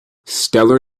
stellar